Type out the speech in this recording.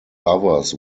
lovers